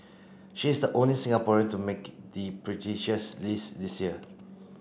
she is the only Singaporean to make the prestigious list this year